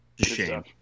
shame